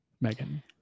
Megan